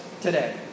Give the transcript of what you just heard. today